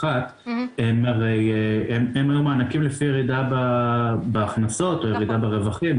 הם היו מענקים לפי ירידה בהכנסות או ירידה ברווחים,